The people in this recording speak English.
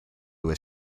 was